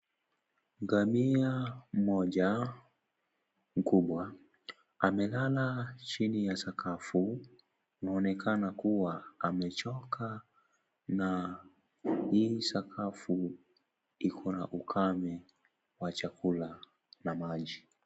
Ngamia mmoja mikubwa amelala chini ya sakafu, anaonekana kuwa amechoka na hii sakafu iko na ukame wa chakula na maji.